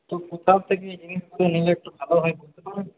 তো কোথা থেকে এই জিনিসগুলো নিলে একটু ভালো হয় বলতে পারবেন